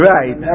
Right